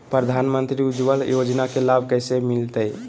प्रधानमंत्री उज्वला योजना के लाभ कैसे मैलतैय?